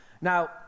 Now